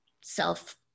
self